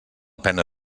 pena